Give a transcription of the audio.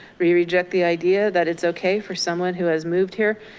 we reject the idea that it's okay for someone who has moved here